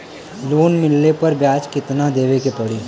Loan मिलले पर ब्याज कितनादेवे के पड़ी?